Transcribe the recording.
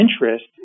interest